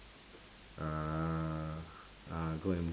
uhh uh go and